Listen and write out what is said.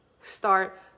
start